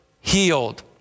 healed